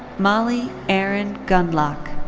molly erin gundlach.